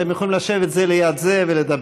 אתם יכולים לשבת זה ליד זה ולדבר,